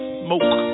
smoke